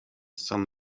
sun